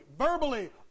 verbally